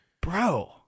bro